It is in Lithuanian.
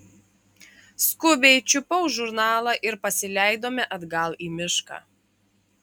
skubiai čiupau žurnalą ir pasileidome atgal į mišką